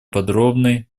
подробной